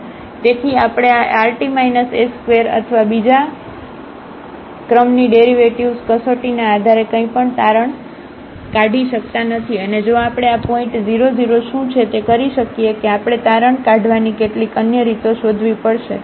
તેથી આપણે આ rt s2 અથવા બીજા ક્રમનીડેરિવેટિવ્ઝ કસોટીના આધારે કંઇ પણ તારણ નીકાળી શકતા નથી અને જો આપણે આ પોઇન્ટ 00 શું છે તે કરી શકીએ કે આપણે તારણ નીકાળવાની કેટલીક અન્ય રીતો શોધવી પડશે